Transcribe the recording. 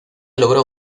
logró